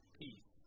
peace